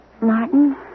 Martin